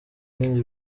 bindi